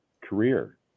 career